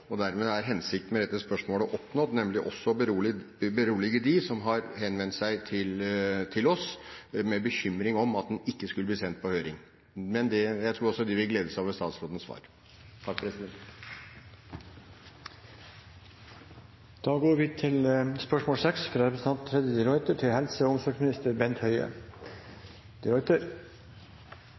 Dermed er hensikten med dette spørsmålet oppnådd, nemlig også å berolige dem som har henvendt seg til oss med bekymring om at den ikke skulle bli sendt på høring. Jeg tror også de vil glede seg over statsrådens svar. «16. mai traff jeg pårørende med barn som har store hjelpebehov, hjemmehørende i Grimstad. Historiene som de fortalte meg, om liten brukermedvirkning og forståelse, mangelfullt tilbud, trusler om sanksjoner hvis de